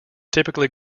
typically